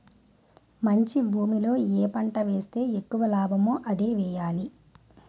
మంచి భూమిలో ఏ పంట ఏస్తే ఎక్కువ లాభమో అదే ఎయ్యాలి